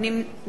נמנעת